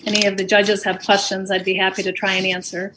any of the judges have questions i'd be happy to try to answer